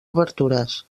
obertures